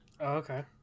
okay